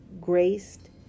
graced